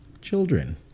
children